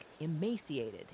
emaciated